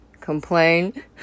complain